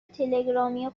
تلگرامی